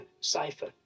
cipher